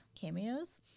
cameos